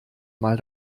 mal